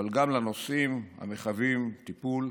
אבל גם לנושאים המחייבים טיפול,